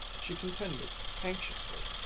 she continued anxiously,